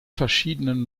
verschiedenen